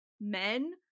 men